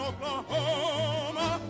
Oklahoma